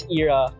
era